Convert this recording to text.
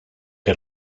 que